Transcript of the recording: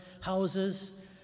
houses